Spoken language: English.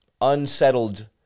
unsettled